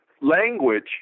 language